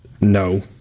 no